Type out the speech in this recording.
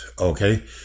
okay